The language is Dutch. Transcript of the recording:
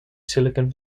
silicon